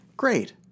Great